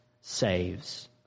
saves